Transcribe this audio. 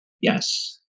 Yes